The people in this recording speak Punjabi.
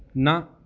ਨਾ